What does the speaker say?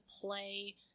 play